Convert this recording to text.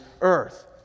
earth